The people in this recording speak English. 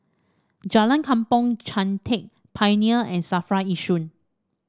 Jalan Kampong Chantek Pioneer and Safra Yishun